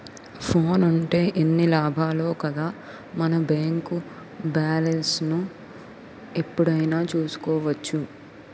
ఫోనుంటే ఎన్ని లాభాలో కదా మన బేంకు బాలెస్ను ఎప్పుడైనా చూసుకోవచ్చును